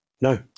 No